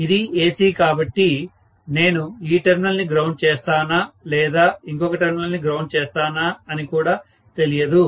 ఇది AC కాబట్టి నేను ఈ టెర్మినల్ ని గ్రౌండ్ చేస్తానా లేదా ఇంకొక టెర్మినల్ ని గ్రౌండ్ చేస్తానా అని కూడా తెలియదు